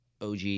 OG